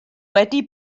wedi